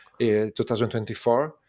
2024